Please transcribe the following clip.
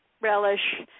Relish